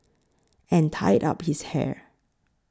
and tied up his hair